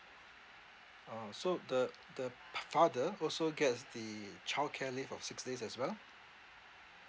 orh so the the pa~ father also gets the childcare leave of six days as well